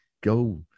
Go